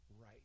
right